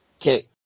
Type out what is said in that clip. Okay